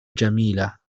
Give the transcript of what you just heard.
جميلة